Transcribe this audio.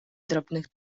drobnych